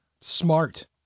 Smart